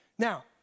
Now